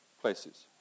places